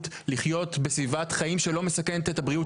לחיות בסביבת חיים שלא מסכנת את הבריאות